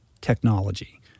technology